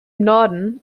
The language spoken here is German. norden